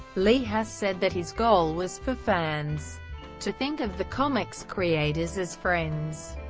lee has said that his goal was for fans to think of the comics creators as friends,